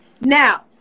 now